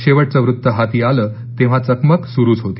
शेवटच वृत्त हाती आलं तेव्हा चकमक सुरूच होती